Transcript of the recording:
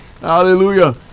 Hallelujah